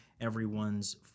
Everyone's